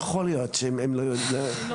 לא יכול להיות שלא יודעים.